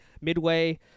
midway